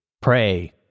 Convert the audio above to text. Pray